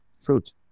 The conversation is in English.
fruit